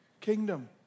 Kingdom